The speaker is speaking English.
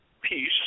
peace